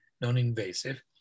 non-invasive